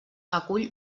acull